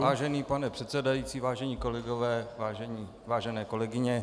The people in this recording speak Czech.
Vážený pane předsedající, vážení kolegové, vážené kolegyně.